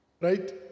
Right